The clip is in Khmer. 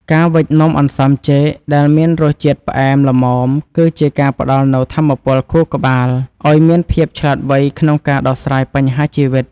ការវេចនំអន្សមចេកដែលមានរសជាតិផ្អែមល្មមគឺ ជាការផ្ដល់នូវថាមពលខួរក្បាលឱ្យមានភាពឆ្លាតវៃក្នុងការដោះស្រាយបញ្ហាជីវិត។